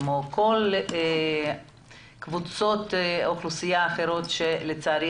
כמו כל קבוצות אוכלוסייה אחרות שלצערי,